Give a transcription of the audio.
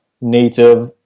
native